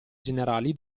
generali